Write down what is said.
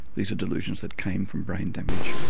these are delusions that came from brain damage.